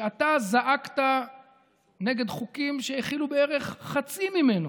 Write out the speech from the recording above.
אתה זעקת נגד חוקים שהכילו בערך חצי ממנו.